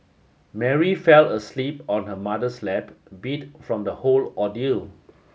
Mary fell asleep on her mother's lap beat from the whole ordeal